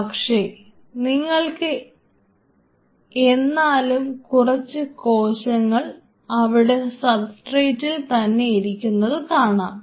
പക്ഷേ നിങ്ങൾക്ക് എന്നാലും കുറച്ചു കോശങ്ങൾ അവിടെ സബ്സ്ട്രേറ്റിൽ തന്നെ ഇരിക്കുന്നത് കാണാം